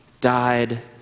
died